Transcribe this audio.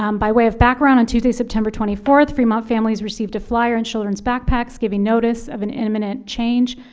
um by way of background, on tuesday, september twenty fourth, fremont families received a flyer in children's backpacks giving notice of an imminent change.